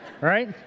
Right